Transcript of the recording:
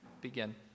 Begin